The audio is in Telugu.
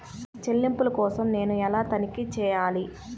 చెల్లింపుల కోసం నేను ఎలా తనిఖీ చేయాలి?